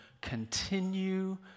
continue